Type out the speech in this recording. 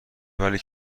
ولی